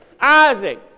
Isaac